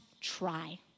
try